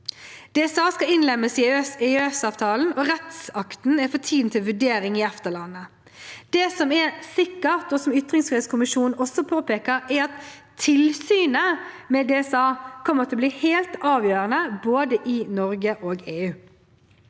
DSA skal innlemmes i EØS-avtalen, og rettsakten er for tiden til vurdering i EFTA-landene. Det som er sikkert, og som ytringsfrihetskommisjonen også påpeker, er at tilsynet med DSA kommer til å bli helt avgjørende både i Norge og i EU.